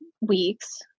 weeks